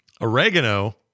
Oregano